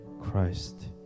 Christ